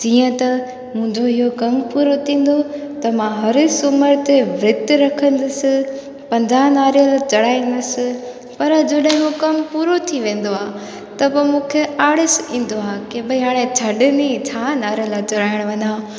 जीअं त मुंहिंजो इहो कमु पूरो थींदो त मां हर सुमर ते विर्तु रखंदसि पंजाहु नारियल चढ़ाईंदसि पर जॾहिं हुप कमु पूरो थी वेंदो आहे त पोइ मूंखे आड़स ईंदो आहे की भई हाणे छॾ नी छा नारियल चढ़ाइणु वञा